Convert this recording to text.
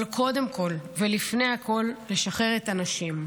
אבל קודם כול ולפני הכול, לשחרר את הנשים.